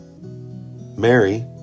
Mary